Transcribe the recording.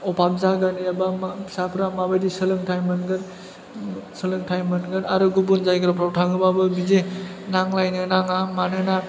अभाब जागोन एबा फिसाफ्रा माबादि सोलोंथाइ मोनगोन सोलोंथाइ मोनगोन आरो गुबुन जायगाफोराव थाङोबाबो बिदि नांलायनो नाङा मानोना